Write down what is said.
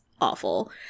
awful